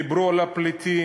דיברו על הפליטים,